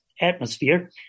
atmosphere